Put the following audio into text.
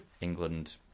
England